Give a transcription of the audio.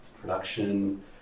production